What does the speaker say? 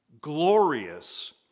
glorious